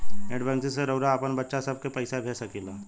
net banking से रउआ आपन बच्चा सभ के पइसा भेज सकिला